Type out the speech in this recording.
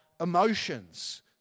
emotions